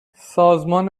سازمان